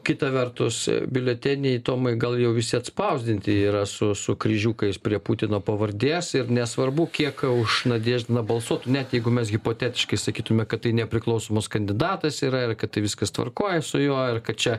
kita vertus biuleteniai tomai gal jau visi atspausdinti yra su su kryžiukais prie putino pavardės ir nesvarbu kiek už nadieždiną balsuotų net jeigu mes hipotetiškai sakytume kad tai nepriklausomas kandidatas yra ir kad tai viskas tvarkoj su juo ir kad čia